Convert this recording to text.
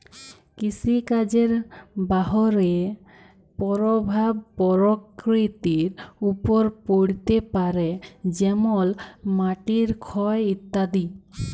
কৃষিকাজের বাহয়ে পরভাব পরকৃতির ওপর পড়তে পারে যেমল মাটির ক্ষয় ইত্যাদি